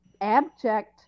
abject